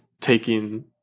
taking